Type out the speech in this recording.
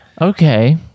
Okay